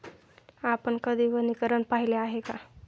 आपण कधी वनीकरण पाहिले आहे का?